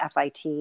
FIT